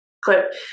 clip